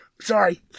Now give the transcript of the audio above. Sorry